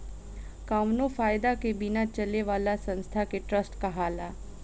कावनो फायदा के बिना चले वाला संस्था के ट्रस्ट कहाला